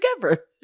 together